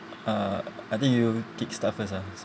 uh I think you kick start first ah